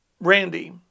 Randy